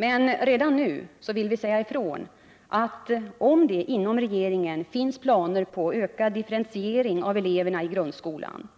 Men redan nu vill vi säga ifrån, att om det inom regeringen finns planer på ökad differentiering av eleverna i grundskolan,